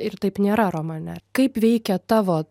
ir taip nėra romane kaip veikia tavo